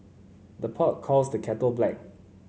the pot calls the kettle black